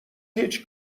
هیچ